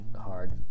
hard